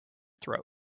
throat